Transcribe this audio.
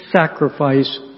sacrifice